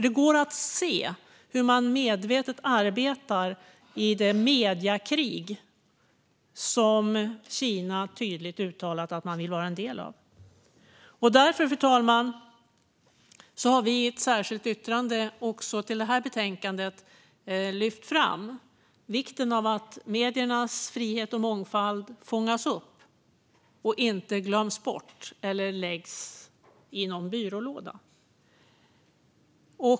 Det går att se hur man medvetet arbetar i det mediekrig som Kina tydligt uttalat att man vill vara en del av. Därför, fru talman, har vi i ett särskilt yttrande också till detta betänkande lyft fram vikten av att mediernas frihet och mångfald fångas upp och inte glöms bort eller läggs i någon byrålåda.